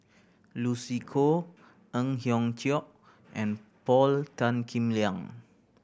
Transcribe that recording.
Lucy Koh Ang Hiong Chiok and Paul Tan Kim Liang